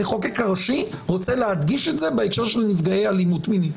המחוקק הראשי רוצה להדגיש את זה בהקשר של נפגעי אלימות מינית.